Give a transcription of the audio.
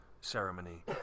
ceremony